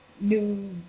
new